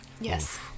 Yes